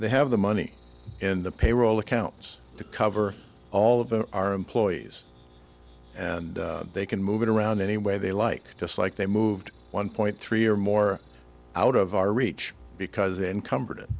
they have the money in the payroll accounts to cover all of our employees and they can move it around any way they like just like they moved one point three or more out of our reach because encumbered